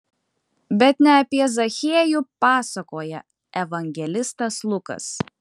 bet ne apie zachiejų pasakoja evangelistas lukas